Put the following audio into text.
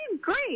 great